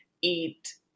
eat